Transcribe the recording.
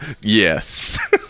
Yes